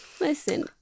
Listen